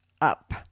up